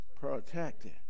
protected